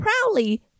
proudly